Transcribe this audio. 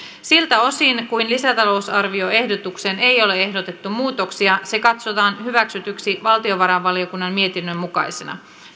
siltä osin kuin lisätalousarvioehdotukseen ei ole ehdotettu muutoksia se katsotaan hyväksytyksi valtiovarainvaliokunnan mietinnön mukaisena